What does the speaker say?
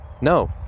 No